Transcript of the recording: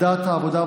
בוועדת העבודה,